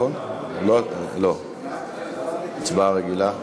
הצבעה רגילה.